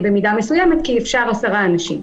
במידה מסוימת כי אפשר 10 אנשים.